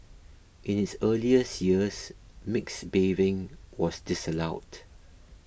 in its earlier years mixed bathing was disallowed